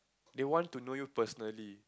they want to know you personally